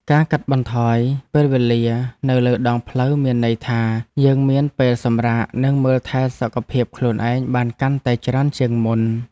ការកាត់បន្ថយពេលវេលានៅលើដងផ្លូវមានន័យថាយើងមានពេលសម្រាកនិងមើលថែសុខភាពខ្លួនឯងបានកាន់តែច្រើនជាងមុន។